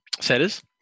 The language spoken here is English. Setters